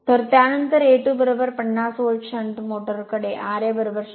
तर त्यानंतर A250 volt shunt motor कडे ra 0